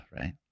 right